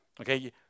okay